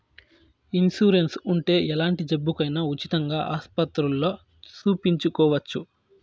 insurance ఉంటే ఎలాంటి జబ్బుకైనా ఉచితంగా ఆస్పత్రుల్లో సూపించుకోవచ్చు